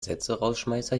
sätzerausschmeißer